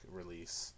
release